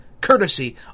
courtesy